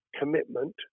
commitment